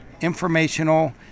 informational